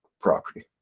property